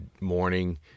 morning